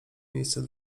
miejsce